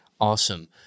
Awesome